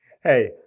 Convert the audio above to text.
Hey